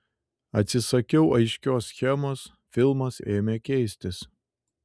atsisakiau aiškios schemos filmas ėmė keistis